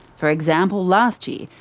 for example, last year,